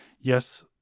Yes